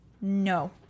No